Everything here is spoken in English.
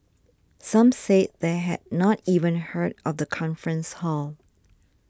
some said they had not even heard of the conference hall